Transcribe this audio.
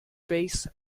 base